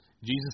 Jesus